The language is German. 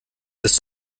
ist